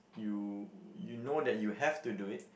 you you know that you have to do it